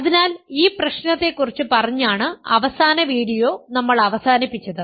അതിനാൽ ഈ പ്രശ്നത്തെക്കുറിച്ച് പറഞ്ഞാണ് അവസാന വീഡിയോ നമ്മൾ അവസാനിപ്പിച്ചത്